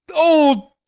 old,